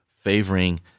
favoring